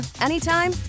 anytime